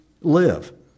live